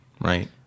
Right